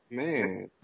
man